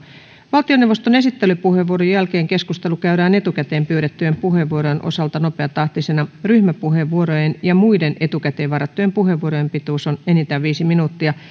valtioneuvoston esittelypuheenvuoron jälkeen keskustelu käydään etukäteen pyydettyjen puheenvuorojen osalta nopeatahtisena ryhmäpuheenvuorojen ja muiden etukäteen varattujen puheenvuorojen pituus on enintään viisi minuuttia